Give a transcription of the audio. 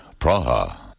Praha